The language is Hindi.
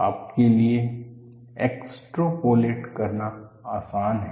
आपके लिए एक्सट्रपोलेट करना आसान है